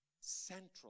central